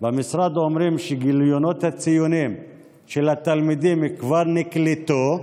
במשרד אומרים שגיליונות הציונים של התלמידים כבר נקלטו,